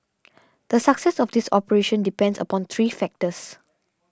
the success of this operation depends upon three factors